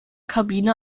kabine